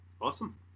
awesome